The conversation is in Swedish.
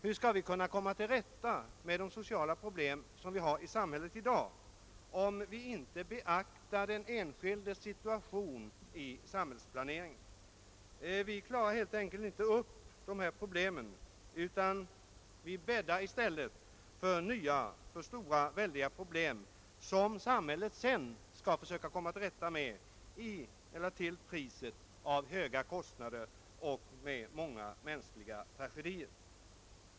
Hur skall vi kunna komma till rätta med de sociala problem vi har i samhället i dag, om vi inte beaktar den enskildes situation vid samhällsplaneringen? Vi klarar rent ut sagt inte upp dessa problem utan bäddar i stället för nya, väldiga svårigheter, som samhället sedan skall försöka bemästra till priset av höga kostnader och många mänskliga tragedier.